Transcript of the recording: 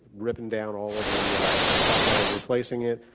ripping down all of the the stucco and replacing it.